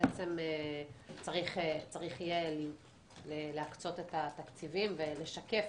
צריך יהיה להקצות את התקציבים ולשקף